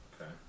Okay